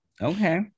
Okay